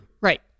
Right